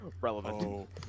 relevant